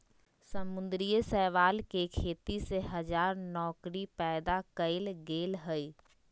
समुद्री शैवाल के खेती से हजार नौकरी पैदा कइल गेल हइ